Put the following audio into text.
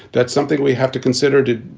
that's something we have to consider, too.